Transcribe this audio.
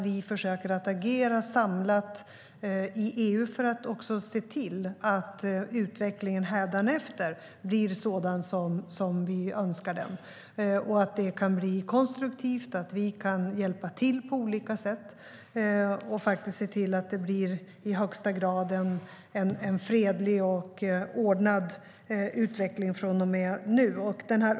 Vi försöker agera samlat i EU för att se till att utvecklingen hädanefter blir sådan som vi önskar den och att det kan bli konstruktivt samt att vi kan hjälpa till på olika sätt och se till att det i högsta grad blir en fredlig och ordnad utveckling från och med nu.